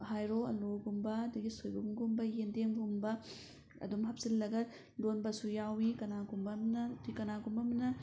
ꯍꯥꯏꯔꯣ ꯑꯂꯨꯒꯨꯝꯕ ꯑꯗꯒꯤ ꯁꯣꯏꯕꯨꯝꯒꯨꯝꯕ ꯌꯦꯟꯗꯦꯝꯒꯨꯝꯕ ꯑꯗꯨꯝ ꯍꯥꯞꯆꯤꯜꯂꯒ ꯂꯣꯟꯕꯁꯨ ꯌꯥꯎꯋꯤ ꯀꯅꯥꯒꯨꯝꯕ ꯑꯃꯅ ꯀꯅꯥꯒꯨꯝꯕ ꯑꯃꯅ